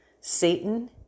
Satan